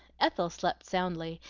ethel slept soundly,